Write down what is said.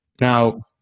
now